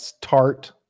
tart